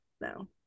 no